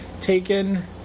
Taken